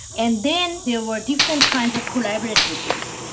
and then there were different kinds of collaborative groups.